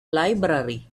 library